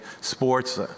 sports